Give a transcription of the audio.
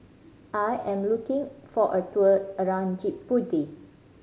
I am looking for a tour around Djibouti